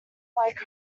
like